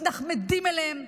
מתנחמדים אליהם.